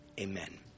Amen